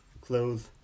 Clothes